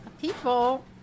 People